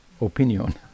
opinion